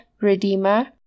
redeemer